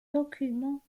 documents